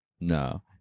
no